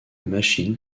machines